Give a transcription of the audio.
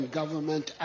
government